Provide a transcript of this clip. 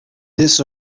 this